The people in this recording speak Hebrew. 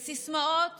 בסיסמאות